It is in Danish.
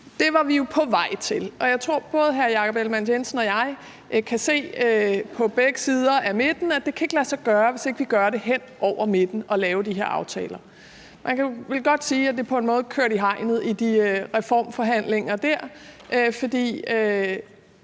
Det var vi jo på vej til, og jeg tror, at både hr. Jakob Ellemann-Jensen og jeg – som to, der står på begge sider af midten – at det ikke kan lade sig gøre, hvis ikke vi laver de her aftaler hen over midten. Og man kan vel godt sige, at det på en måde er kørt i hegnet i de reformforhandlinger dér,